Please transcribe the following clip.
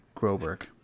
Groberg